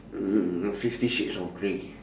mm fifty shades of grey